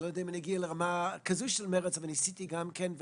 אני לא יודע אם אגיע לרמה כזו של מרץ אבל ניסיתי גם כן,